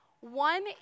One